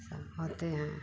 सब होते हैं